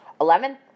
eleven